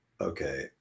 okay